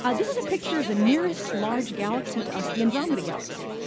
ah this is a picture of the nearest large galaxy to us, the andromeda galaxy.